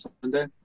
Sunday